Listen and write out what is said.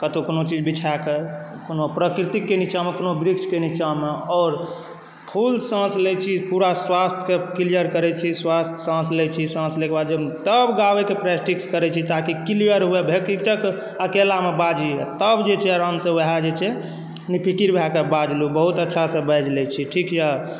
कतौ कोनो चीज बिछाक कोनो प्रकृतिक नीचाँमे कोनो वृक्षक नीचाँमे आओर फुल साँस लै छी पूरा श्वास क्लियर करै छी श्वास साँस लै छी साँस लै के बाद तब गाबैके प्रैक्टिस करै छी ताकि क्लियर हुए बेहिचक अकेलामे बाजि तब जे छै आराम से वएह जे छै निफिकिर भऽ क बाजलहुँ बहुत अच्छासँ बाजि लय छी ठीक यै